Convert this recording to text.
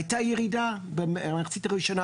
הייתה ירידה במחצית הראשונה,